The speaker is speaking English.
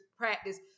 practice